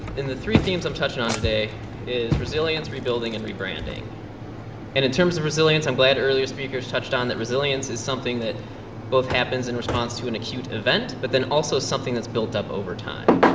in the three themes i'm touching on today is resilience, rebuilding and rebranding. and in terms of resilience, i'm glad earlier speakers touched on, that resilience is something that both happens in response to an acute event, but then also something that's built up over time.